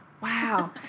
Wow